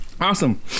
Awesome